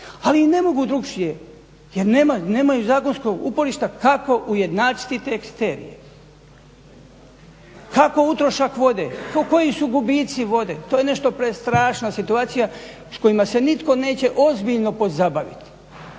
Ali i ne mogu drukčije jer nemaju zakonskog uporišta kako ujednačiti te kriterije. Kako utrošak vode? Koji su gubici vode? To je nešto prestrašno situacija s kojom se nitko neće ozbiljno pozabaviti,